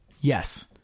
Yes